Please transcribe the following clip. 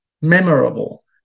memorable